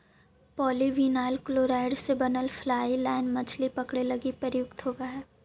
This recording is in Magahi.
पॉलीविनाइल क्लोराइड़ से बनल फ्लाई लाइन मछली पकडे लगी प्रयुक्त होवऽ हई